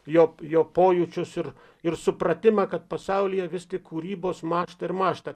jo jo pojūčius ir ir supratimą kad pasaulyje vis tik kūrybos mąžta ir mąžta